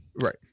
right